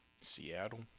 Seattle